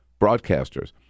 broadcasters